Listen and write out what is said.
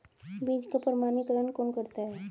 बीज का प्रमाणीकरण कौन करता है?